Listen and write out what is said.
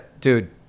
dude